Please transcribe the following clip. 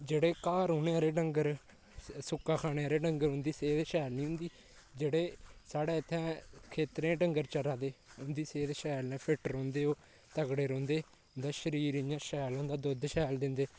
जेह्ड़े घर रौह्ने आह्ले डंगर सु'क्का खाने आह्ले डंगर उं'दी सेह्त शैल निं होंदी जेह्ड़े साढ़े इत्थें खेत्तरें ई डंगर चरा दे उं'दी सेह्त शैल इ'यां फिट रौहंदी ओह् तगड़े रौहंदे उं'दा शरीर इ'यां शैल होंदा दोद्ध शैल